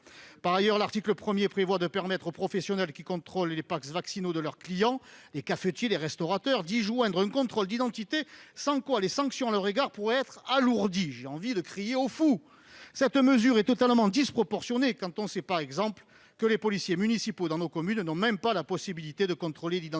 Par ailleurs, l'article 1 permet aux professionnels qui contrôlent les passes vaccinaux de leurs clients, qu'ils soient cafetiers ou restaurateurs, d'effectuer un contrôle d'identité, sans quoi les sanctions à leur égard pourraient être alourdies. J'ai envie de crier au fou ! Cette mesure est totalement disproportionnée sachant, par exemple, que les policiers municipaux dans nos communes n'ont même pas la possibilité de contrôler l'identité